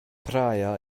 praia